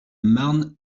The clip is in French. marne